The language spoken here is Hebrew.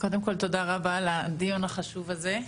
קודם כל תודה רבה על הדיון החשוב הזה.